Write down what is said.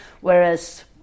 whereas